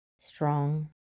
strong